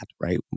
right